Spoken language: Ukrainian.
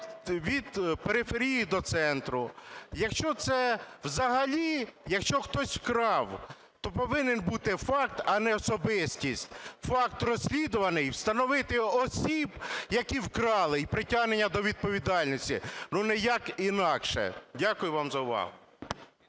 від периферії до центру. Якщо це взагалі, якщо хтось украв, то повинен бути факт, а не особистість. Факт розслідуваний, встановити осіб, які вкрали і притягнення до відповідальності, але ніяк інакше. Дякую вам увагу.